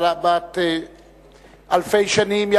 בת אלפי שנים,